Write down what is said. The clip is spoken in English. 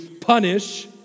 punish